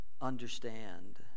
understand